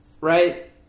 right